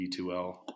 D2L